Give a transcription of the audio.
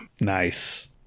nice